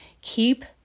keep